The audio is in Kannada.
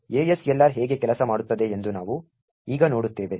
ASLR ಹೇಗೆ ಕೆಲಸ ಮಾಡುತ್ತದೆ ಎಂದು ನಾವು ಈಗ ನೋಡುತ್ತೇವೆ